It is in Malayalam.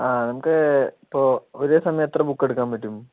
ആ നമുക്ക് ഇപ്പോൾ ഒരേ സമയം എത്ര ബുക്ക് എടുക്കാൻ പറ്റും